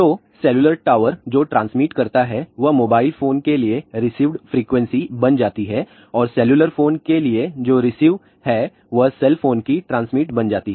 तो cellular tower जो transmit करता है वह मोबाइल फोन के लिए रिसीवड फ्रीक्वेंसी बन जाती है और सेल्यूलर फोन के लिए जो रिसीव है वह सेलफोन की ट्रांसमिट बन जाती है